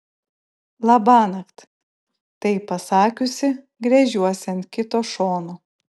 labanakt tai pasakiusi gręžiuosi ant kito šono